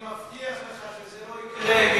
אני מבטיח לך שזה לא יקרה,